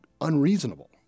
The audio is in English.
unreasonable